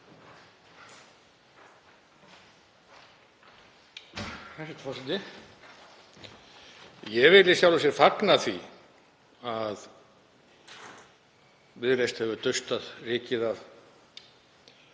Ég vil í sjálfu sér fagna því að Viðreisn hefur dustað rykið af